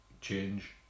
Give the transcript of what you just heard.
change